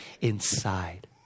Inside